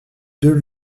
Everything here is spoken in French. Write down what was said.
deux